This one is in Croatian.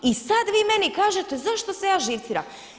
I sad vi meni kažete zašto se ja živciram?